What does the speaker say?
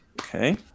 Okay